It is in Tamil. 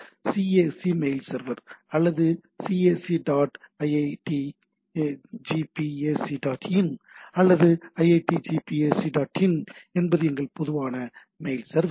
சிஏசி மெயில் சர்வர் அல்லது CAC dot IITGP AC in அல்லது ஐஐடிஜிபி ஏசி டாட் என்பது எங்கள் பொதுவான மெயில் சர்வர்